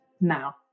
now